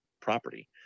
property